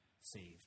saved